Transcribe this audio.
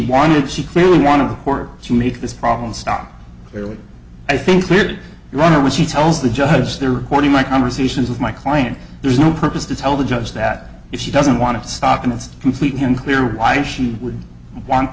wanted she clearly want to work to make this problem stop clearly i think you're wrong or when she tells the judge they're recording my conversations with my client there's no purpose to tell the judge that if she doesn't want to stop him it's completely unclear why she would want